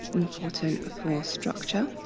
important for structure.